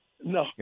No